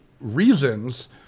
reasons